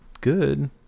good